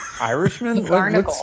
Irishman